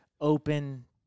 open